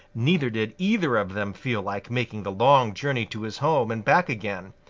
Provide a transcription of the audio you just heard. neither did either of them feel like making the long journey to his home and back again.